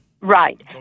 Right